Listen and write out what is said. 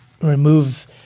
remove –